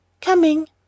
Coming